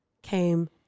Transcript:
came